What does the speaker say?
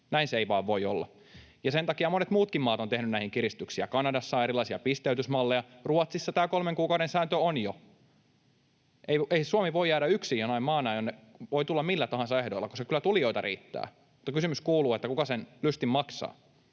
Näin se ei vain voi olla. Ja sen takia monet muutkin maat ovat tehneet näihin kiristyksiä. Kanadassa on erilaisia pisteytysmalleja. Ruotsissa tämä kolmen kuukauden sääntö on jo. Ei Suomi voi jäädä yksin jonain maana, jonne voi tulla millä tahansa ehdoilla, koska kyllä tulijoita riittää. Kysymys kuuluu, kuka sen lystin maksaa.